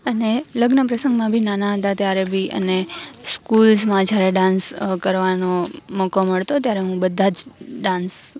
અને લગ્ન પ્રસંગમાં બી નાના હતા ત્યારે બી અને સ્કૂલ જ માં જ્યારે ડાન્સ કરવાનો મોકો મળતો ત્યારે હું બધા જ ડાન્સ